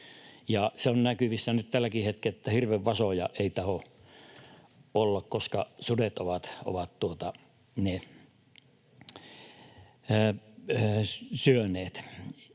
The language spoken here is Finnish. Se on näkyvissä nyt tälläkin hetkellä, että hirvenvasoja ei tahdo olla, koska sudet ovat ne syöneet.